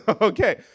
Okay